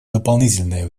дополнительное